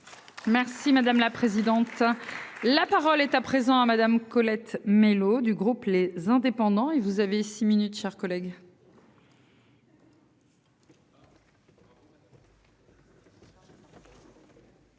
Merci madame la présidente. La parole est à présent à Madame, Colette Mélot du groupe les indépendants et vous avez six minutes, chers collègues.